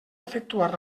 efectuar